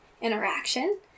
interaction